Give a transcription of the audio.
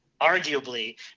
arguably